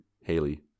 Haley